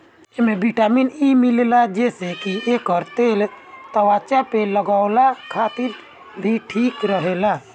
एमे vitamin E मिलेला जेसे की एकर तेल त्वचा पे लगवला खातिर भी ठीक रहेला